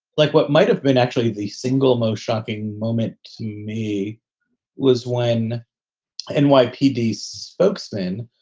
like what might have been actually the single most shocking moment to me was when and when nypd spokesman,